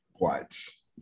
Watch